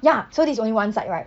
ya so this is only one side right